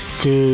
que